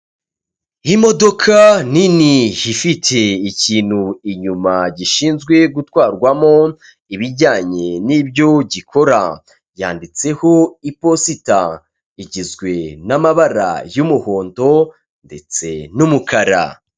Imodoka nini ifite ikintu inyuma gishinzwe gutwarwamo ibijyanye n'ibyo gikora byanditseho iposita igizwe n'amabara y'umuhondo ndetse n'umukara.